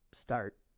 start